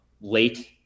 late